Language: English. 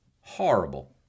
Horrible